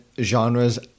genres